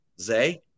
Zay